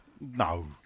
No